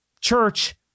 church